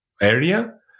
area